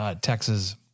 Texas